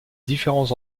différents